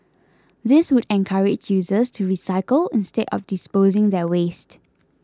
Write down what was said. this would encourage users to recycle instead of disposing their waste